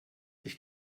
ich